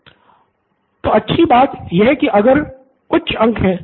pro बाला तो अच्छी बात यह कि अगर उच्च अंक हैं